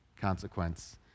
consequence